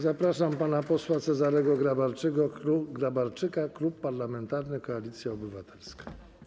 Zapraszam pana posła Cezarego Grabarczyka, Klub Parlamentarny Koalicja Obywatelska.